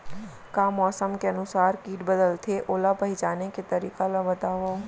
का मौसम के अनुसार किट बदलथे, ओला पहिचाने के तरीका ला बतावव?